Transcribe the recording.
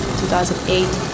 2008